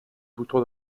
bouton